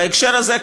בהקשר הזה,